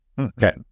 Okay